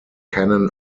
cannon